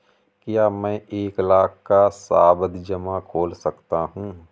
क्या मैं एक लाख का सावधि जमा खोल सकता हूँ?